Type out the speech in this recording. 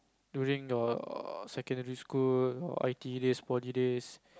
during your secondary school or I_T_E days poly days